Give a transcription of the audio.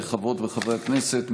חברות וחברי הכנסת,